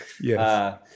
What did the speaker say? Yes